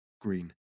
green